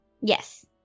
Yes